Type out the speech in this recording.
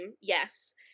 yes